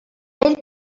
ell